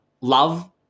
love